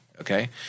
okay